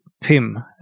PIM